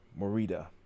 Morita